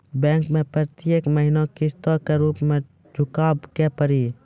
Bank मैं प्रेतियेक महीना किस्तो के रूप मे चुकाबै के पड़ी?